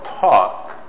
talk